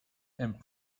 and